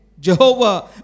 Jehovah